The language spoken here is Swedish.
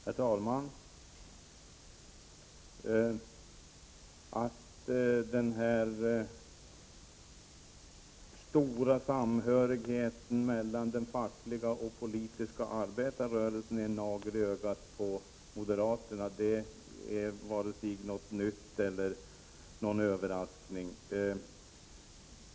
Herr talman! Att den stora samhörigheten mellan den fackliga och politiska arbetarrörelsen är en nagel i ögat på moderaterna är varken någon nyhet eller en överraskning.